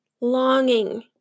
longing